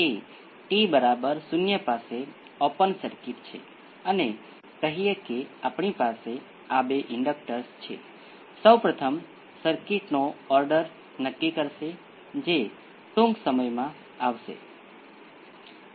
તેથી ફરીથી આપણે આ સર્કિટને સામાન્ય પ્રથમ ઓર્ડર સિસ્ટમના ઉદાહરણ તરીકે લઈ શકીએ છીએ